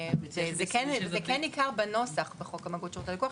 זה כן ניכר בנוסח בחוק הבנקאות (שירות ללקוח),